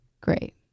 Great